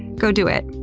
go do it.